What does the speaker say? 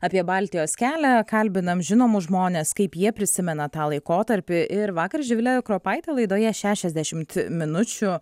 apie baltijos kelią kalbinam žinomus žmones kaip jie prisimena tą laikotarpį ir vakar živilė kropaitė laidoje šešiasdešimt minučių